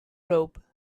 robe